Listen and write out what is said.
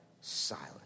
silent